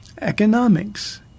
economics